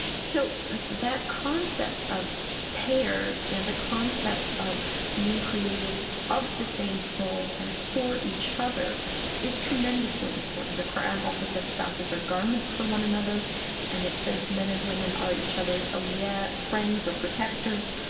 so that concept of pairs and the concept of being created of the same soul and for each other is tremendously important. the qur'an also says spouses are garments for one another and it says men and women are each other's awliya', yeah friends or protectors.